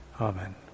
Amen